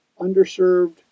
underserved